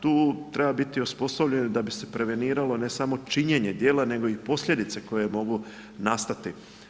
Tu treba biti osposobljen da bi se preveniralo ne samo činjenje djela nego i posljedice koje mogu nastati.